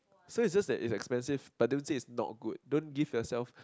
so is just that is expensive but don't say is not good don't give yourself